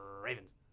Ravens